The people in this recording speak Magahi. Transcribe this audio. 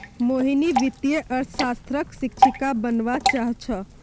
मोहिनी वित्तीय अर्थशास्त्रक शिक्षिका बनव्वा चाह छ